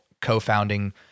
co-founding